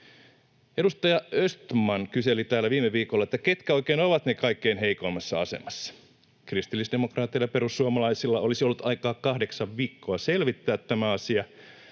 Edustaja Östman kyseli täällä viime viikolla, ketkä oikein ovat ne kaikkein heikoimmassa asemassa olevat. Kristillisdemokraateilla ja perussuomalaisilla olisi ollut aikaa kahdeksan viikkoa selvittää tämä asia,